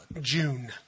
June